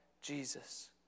Jesus